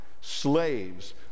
slaves